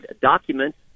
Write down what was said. documents